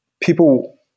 people